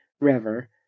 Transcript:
River